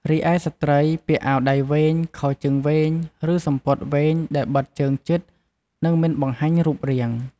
រីឯស្ត្រីពាក់អាវដៃវែង ខោជើងវែង ឬសំពត់វែងដែលបិទជើងជិត និងមិនបង្ហាញរូបរាង។